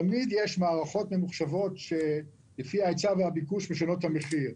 תמיד יש מערכות ממוחשבות שלפי ההיצע והביקוש משנות את המחיר.